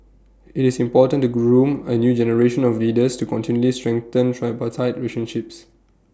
IT is important to groom A new generation of leaders to continually strengthen tripartite reason ship